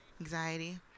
Anxiety